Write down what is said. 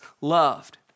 loved